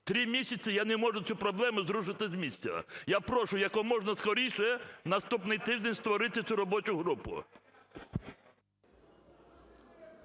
Три місяці я не можу цю проблему зрушити з місця. Я прошу якомога скоріше наступний тиждень створити цю робочу групу.